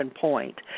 point